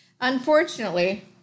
Unfortunately